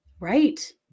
right